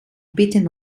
bitten